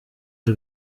ngo